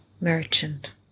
merchant